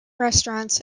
restaurants